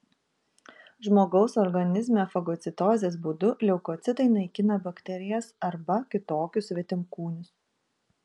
žmogaus organizme fagocitozės būdu leukocitai naikina bakterijas arba kitokius svetimkūnius